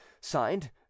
signed